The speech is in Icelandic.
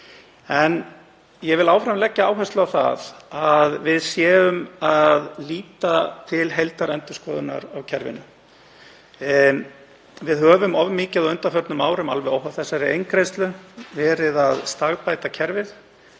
En ég vil áfram leggja áherslu á það að við lítum til heildarendurskoðunar á kerfinu. Við höfum of mikið á undanförnum árum, alveg óháð þessari eingreiðslu, verið að stagbæta kerfið.